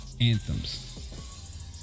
anthems